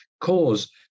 cause